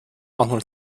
manchmal